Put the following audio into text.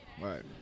right